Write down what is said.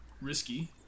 Risky